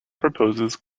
proposes